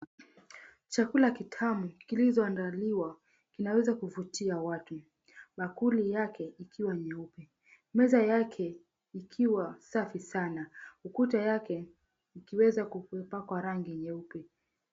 Chakula kitamu kilichoandaliwa kinawezakuvutia watu, bakuli yake ikiwa nyeupe, meza yake ikiwa safi sana ukuta yake ikiweza kupakwa na rangi nyeupe.